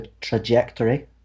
trajectory